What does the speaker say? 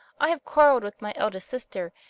i have quarrelled with my eldest sister,